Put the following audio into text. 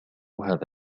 هذا